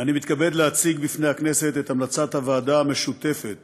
אני מתכבד להציג לפני הכנסת את המלצת הוועדה המשותפת